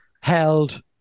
held